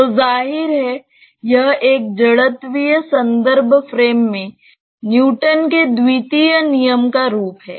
तो जाहिर है यह एक जड़त्वीय संदर्भ फ्रेम में न्यूटन के द्वितीय नियम का रूप है